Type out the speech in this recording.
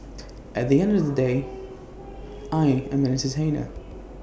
at the end of the day I am an entertainer